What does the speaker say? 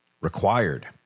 required